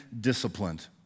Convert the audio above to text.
disciplined